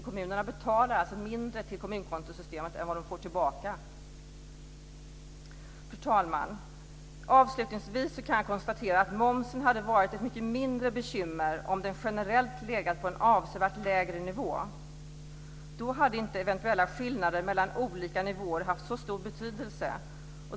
Kommunerna betalar mindre till kommunkontosystemet än vad de får tillbaka. Fru talman! Avslutningsvis kan jag konstatera att momsen hade varit ett mindre bekymmer om den generellt legat på en avsevärt lägre nivå. Då hade inte eventuella skillnader mellan olika nivåer haft så stor betydelse.